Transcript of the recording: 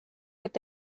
eta